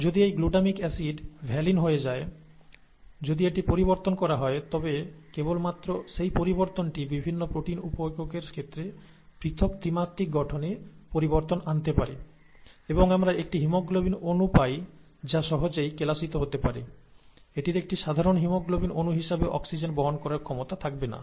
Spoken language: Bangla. যদি সেই গ্লুটামিক অ্যাসিড ভ্যালিন হয়ে যায় যদি এটি পরিবর্তন করা হয় তবে কেবল মাত্র সেই পরিবর্তনটি বিভিন্ন প্রোটিন উপ এককের ক্ষেত্রে পৃথক ত্রিমাত্রিক গঠনে পরিবর্তন আনতে পারে এবং আমরা একটি হিমোগ্লোবিন অণু পাই যা সহজেই কেলাসিত হতে পারে এটির একটি সাধারণ হিমোগ্লোবিন অণু হিসাবে অক্সিজেন বহন করার ক্ষমতা থাকবে না